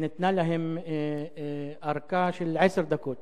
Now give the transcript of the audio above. ניתנה להם ארכה של עשר דקות,